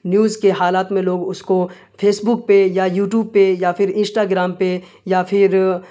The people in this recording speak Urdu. نیوز کے حالات میں لوگ اس کو فیس بک پہ یا یوٹیوب پہ یا پھر انسٹاگرام پہ یا پھر